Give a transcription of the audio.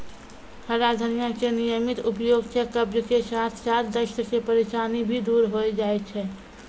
हरा धनिया के नियमित उपयोग सॅ कब्ज के साथॅ साथॅ दस्त के परेशानी भी दूर होय जाय छै